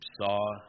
saw